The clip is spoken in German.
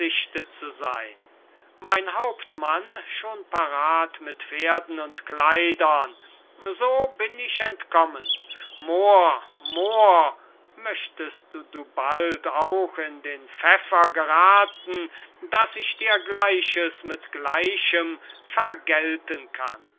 zu seyn mein hauptmann schon parat mit pferden und kleidern so bin ich entkommen moor moor möchtest du bald auch in den pfeffer gerathen daß ich dir gleiches mit gleichem vergelten kann